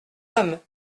homme